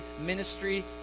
ministry